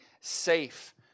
safe